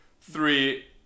Three